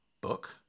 book